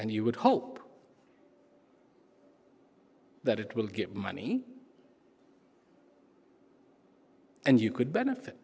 and you would hope that it will get money and you could benefit